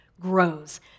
grows